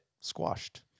squashed